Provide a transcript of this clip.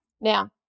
Now